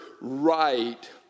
right